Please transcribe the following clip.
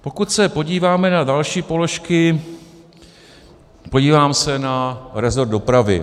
Pokud se podíváme na další položky, podívám se na resort dopravy.